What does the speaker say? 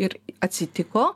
ir atsitiko